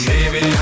Baby